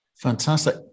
Fantastic